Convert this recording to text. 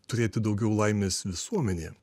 turėti daugiau laimės visuomenėje